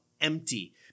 empty